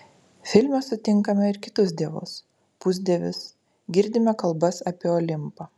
filme sutinkame ir kitus dievus pusdievius girdime kalbas apie olimpą